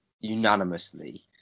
unanimously